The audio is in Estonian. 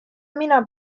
mina